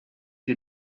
you